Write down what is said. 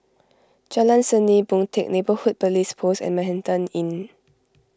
Jalan Seni Boon Teck Neighbourhood Police Post and Manhattan Inn